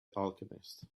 alchemist